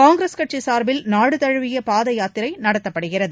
காங்கிரஸ் கட்சி சார்பில் நாடுதழுவிய பாத யாத்திரை நடத்தப்படுகிறது